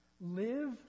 Live